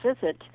visit